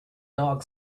dog